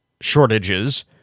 shortages